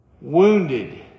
wounded